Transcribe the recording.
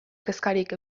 kezkarik